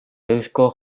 eusko